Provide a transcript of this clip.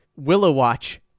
Willowwatch